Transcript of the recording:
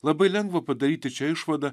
labai lengva padaryti čia išvadą